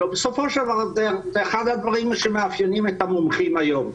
הלא בסופו של דבר זה אחד הדברים שמאפיינים את המומחים היום.